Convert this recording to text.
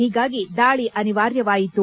ಹೀಗಾಗಿ ದಾಳಿ ಅನಿವಾರ್ಯವಾಯಿತು